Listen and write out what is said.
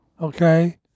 Okay